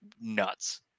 nuts